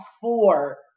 four